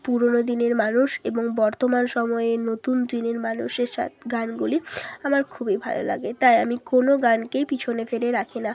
পুরোনো দিনের মানুষ এবং বর্তমান সময়ে নতুন দিনের মানুষের সাত গানগুলি আমার খুবই ভালো লাগে তাই আমি কোনো গানকেই পিছনে ফেলে রাখি না